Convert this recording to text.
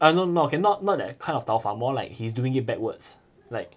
uh no not okay not not that kind of 倒反 more like he is doing it backwards like